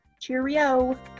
Cheerio